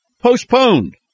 postponed